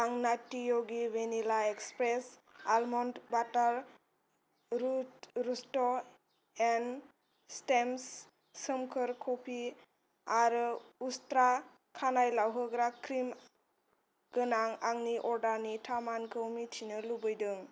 आं नात्ति य'गि vanilla espresso almond butter roots and stems सोमखोर कफि आरो उस्त्रा खानाय लावहोग्रा क्रिम गोनां आंनि अर्डारनि थामानखौ मिथिनो लुबैदों